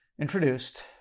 introduced